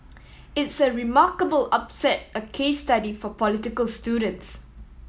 it's a remarkable upset a case study for political students